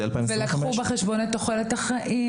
ולקחו בחשבון את תוחלת החיים?